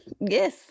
Yes